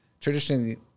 traditionally